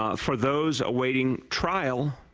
ah for those awaiting trial,